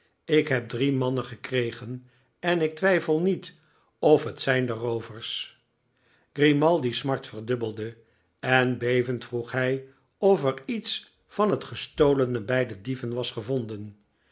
ik heb drie mannen gekregen en ik twijfel niet of het zijn de roovers grimaldi's smart verdubbelde en bevend vroeg hij of er iets van het gestolene bij de dieven was gevonden